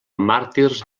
màrtirs